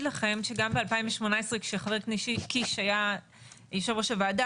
לכם שגם ב-2018 כשחבר הכנסת קיש היה יושב ראש הוועדה,